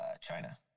China